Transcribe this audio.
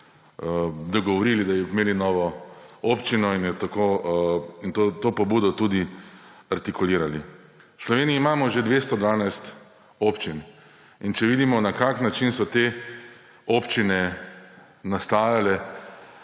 dogovorili, da bi imeli novo občino, in to pobudo tudi artikulirali. V Sloveniji imamo že 212 občin in če vidimo, na kak način so te občine nastajale,